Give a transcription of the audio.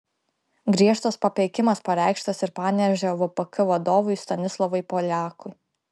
griežtas papeikimas pareikštas ir panevėžio vpk vadovui stanislovui poliakui